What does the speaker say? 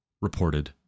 reported